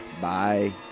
Bye